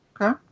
Okay